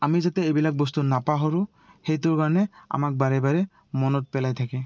আমি যাতে এইবিলাক বস্তু নাপাহৰোঁ সেইটোৰ কাৰণে আমাক বাৰে বাৰে মনত পেলাই থাকে